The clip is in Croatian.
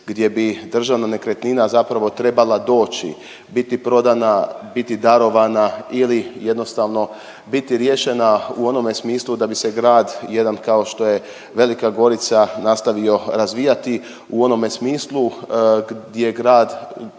gdje bi državna nekretnina zapravo trebala doći, biti prodana, biti darovana ili jednostavno biti riješena u onome smislu da bi se grad jedan kao što je Velika Gorica nastavio razvijati u onome smislu gdje grad